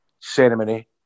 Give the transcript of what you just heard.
Ceremony